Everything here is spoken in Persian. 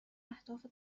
اهداف